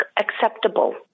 acceptable